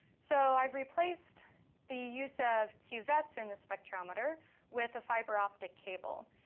so i've replaced the use of cuvettes in the spectrometer with a fiber optic cable.